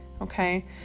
Okay